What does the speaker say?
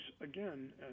again